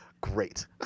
great